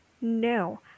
no